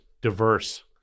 diverse